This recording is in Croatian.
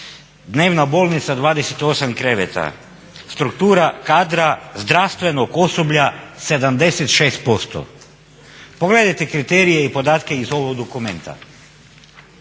dnevna bolnica 28 kreveta, struktura kadra zdravstvenog osoblja 76%." Pogledajte kriterije i podatke iz ovog dokumenta.